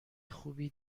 خوبی